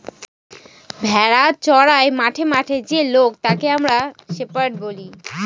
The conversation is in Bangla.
ভেড়া চোরাই মাঠে মাঠে যে লোক তাকে আমরা শেপার্ড বলি